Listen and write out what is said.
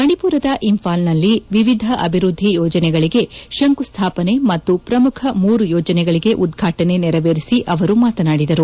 ಮಣಿಪುರದ ಇಂಫಾಲ್ನಲ್ಲಿ ವಿವಿಧ ಅಭಿವೃದ್ದಿ ಯೋಜನೆಗಳಿಗೆ ಶಂಕುಸ್ಲಾಪನೆ ಮತ್ತು ಪ್ರಮುಖ ಮೂರು ಯೋಜನೆಗಳಿಗೆ ಉದ್ಘಾಟನೆ ನೆರವೇರಿಸಿ ಅವರು ಮಾತನಾಡಿದರು